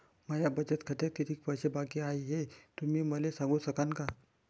माया बचत खात्यात कितीक पैसे बाकी हाय, हे तुम्ही मले सांगू सकानं का?